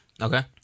Okay